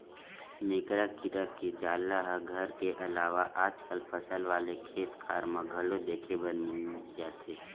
मेकरा कीरा के जाला ह घर के अलावा आजकल फसल वाले खेतखार म घलो देखे बर मिली जथे